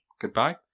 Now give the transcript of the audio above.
Goodbye